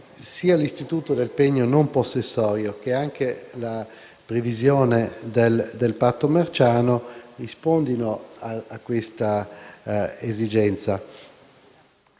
Sia l'istituto del pegno non possessorio che la previsione del patto marciano rispondono a questa esigenza.